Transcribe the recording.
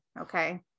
Okay